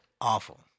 awful